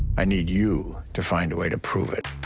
i need you to find a way to prove it.